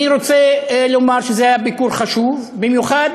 אני רוצה לומר שזה היה ביקור חשוב, במיוחד